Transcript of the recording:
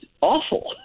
awful